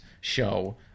show